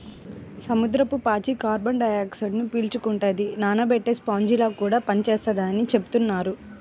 సముద్రపు పాచి కార్బన్ డయాక్సైడ్ను పీల్చుకుంటది, నానబెట్టే స్పాంజిలా కూడా పనిచేత్తదని చెబుతున్నారు